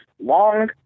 long